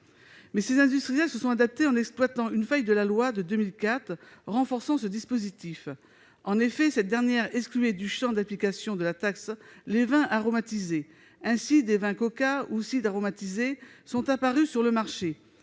Mais ces industriels se sont adaptés, en exploitant une faille de la loi de 2004 renforçant ce dispositif. En effet, cette dernière excluait du champ d'application de la taxe les vins aromatisés. Ainsi, des vins-coca ou des cidres aromatisés sont apparus sur le marché,